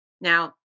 Now